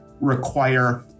require